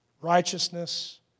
righteousness